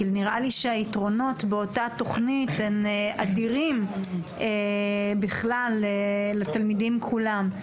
כי נראה לי שהיתרונות באותה תוכנית הם אדירים בכלל לתלמידים כולם.